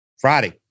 Friday